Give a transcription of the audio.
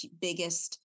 biggest